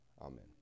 Amen